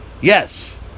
Yes